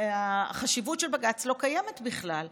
החשיבות של בג"ץ לא קיימת בכלל.